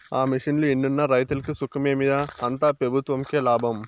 ఆ మిషన్లు ఎన్నున్న రైతులకి సుఖమేమి రా, అంతా పెబుత్వంకే లాభం